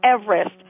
Everest